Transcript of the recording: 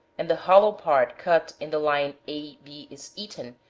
and the hollow part cut in the line a, b, is eaten,